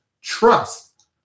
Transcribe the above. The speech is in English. trust